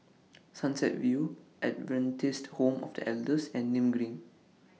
Sunset View Adventist Home of The Elders and Nim Green